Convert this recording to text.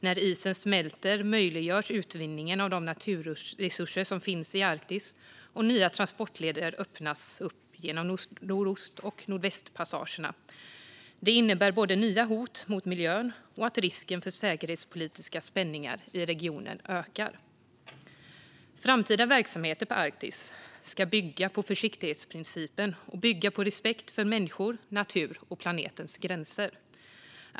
När isen smälter möjliggörs utvinning av de naturresurser som finns i Arktis, och nya transportleder öppnas upp genom nordost och nordvästpassagerna. Det innebär både nya hot mot miljön och att risken för säkerhetspolitiska spänningar i regionen ökar. Framtida verksamheter i Arktis ska bygga på försiktighetsprincipen och bygga på respekt för människor, natur och planetens gränser.